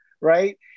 right